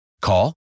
Call